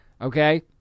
Okay